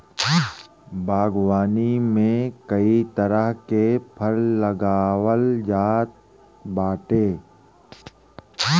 बागवानी में कई तरह के फल लगावल जात बाटे